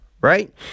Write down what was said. right